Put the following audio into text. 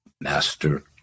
Master